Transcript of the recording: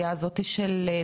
אני הייתי כל מי שבעצם,